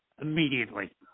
immediately